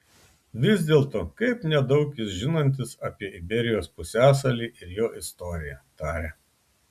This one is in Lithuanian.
vis dėlto kaip nedaug jis žinantis apie iberijos pusiasalį ir jo istoriją tarė